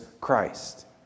Christ